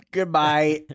Goodbye